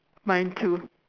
mine too